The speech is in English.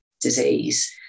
disease